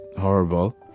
horrible